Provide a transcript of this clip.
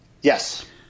Yes